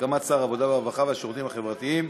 ובהסכמת שר העבודה, הרווחה והשירותים החברתיים.